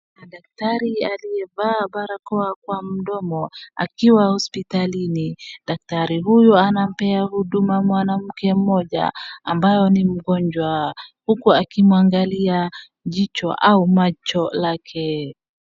Dakitari aliyevaa barakoa kwa mdomo akiwa hospitalini. Dakitari huyu anampea huduma mwanamke mmoja ambaye ni mgonjwa huku akimwangalia jicho au macho lake.